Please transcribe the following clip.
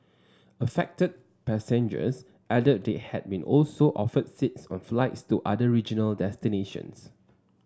affected passengers added they had also been offered seats on flights to other regional destinations